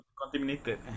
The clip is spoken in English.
contaminated